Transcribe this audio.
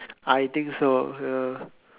I think so ya